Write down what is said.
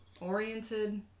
oriented